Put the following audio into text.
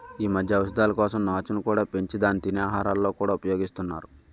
ఈ మధ్య ఔషధాల కోసం నాచును కూడా పెంచి దాన్ని తినే ఆహారాలలో కూడా ఉపయోగిస్తున్నారు